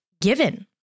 given